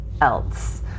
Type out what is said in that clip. else